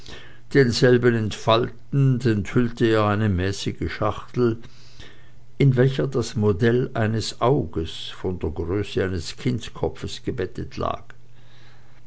denselben entfaltend enthüllte er eine mäßige schachtel in welcher das modell eines auges von der größe eines kindskopfes gebettet lag